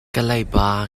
leiba